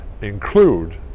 include